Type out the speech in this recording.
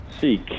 Seek